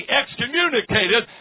excommunicated